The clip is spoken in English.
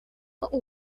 but